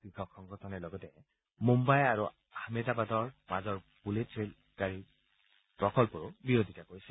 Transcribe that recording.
কৃষক সংগঠনে লগতে মুদ্বাই আৰু আহমেদাবাদৰ মাজৰ বুলেট ৰেল গাড়ী প্ৰকল্পৰো বিৰোধিতা কৰিছে